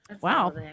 Wow